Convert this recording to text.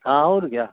हाँ और क्या